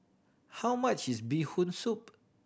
how much is Bee Hoon Soup